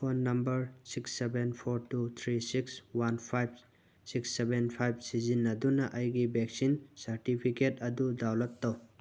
phone number six seven four two three six one five six seven five ꯁꯤꯖꯤꯟꯅꯗꯨꯅ ꯑꯩꯒꯤ vaccine certificate ꯑꯗꯨ download ꯇꯧ